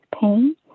pain